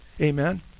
amen